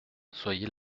soyez